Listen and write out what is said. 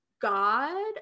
god